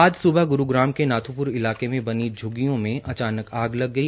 आज सुबह गुरुग्राम के नाथूपुर इलाके में बनी झुग्गियों में अचानक आग लग गई